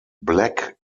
black